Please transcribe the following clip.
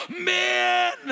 men